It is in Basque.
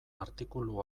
artikulu